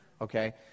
Okay